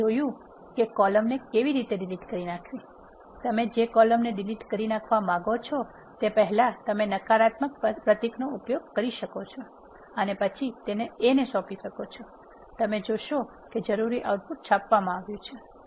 તમે જોયું છે કે કોલમ ને કેવી રીતે ડિલીટ કરી નાખવી તમે જે કોલમ ને ડિલીટ કરી નાખવા માંગો છો તે પહેલાં તમે નકારાત્મક પ્રતીકનો ઉપયોગ કરી શકો છો અને પછી તેને A ને સોંપી શકો છો તમે જોશો કે જરૂરી આઉટપુટ છાપવામાં આવ્યું છે